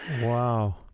Wow